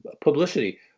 publicity